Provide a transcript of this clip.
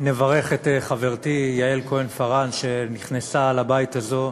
נברך את חברתי יעל כהן-פארן, שנכנסה לבית הזה,